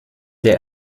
der